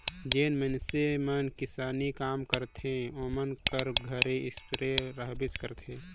जेन मइनसे मन किसानी काम करथे ओमन कर घरे इस्पेयर रहबेच करथे